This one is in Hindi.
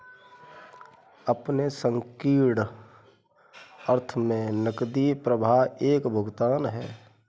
अपने संकीर्ण अर्थ में नकदी प्रवाह एक भुगतान है